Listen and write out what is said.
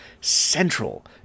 central